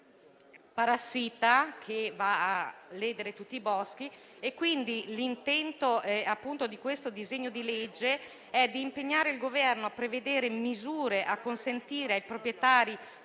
parassita va a ledere tutti i boschi e, quindi, l'intento del disegno di legge è di impegnare il Governo a prevedere misure atte a consentire a proprietari